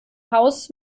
haus